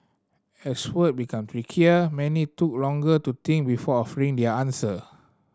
as word became trickier many took longer to think before offering their answer